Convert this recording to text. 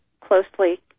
closely